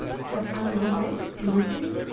sainte anne d'auray in brittany,